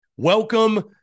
Welcome